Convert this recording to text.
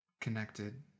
connected